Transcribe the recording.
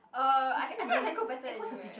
uh I ca~ I think I can cook better then you eh